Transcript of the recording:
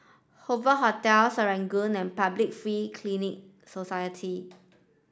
Hoover Hotel Serangoon and Public Free Clinic Society